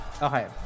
okay